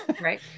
right